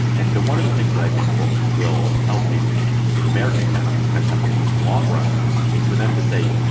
and so one of the things that i think will will help these the american tech tech companies in the long run is for them to say,